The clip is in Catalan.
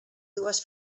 dues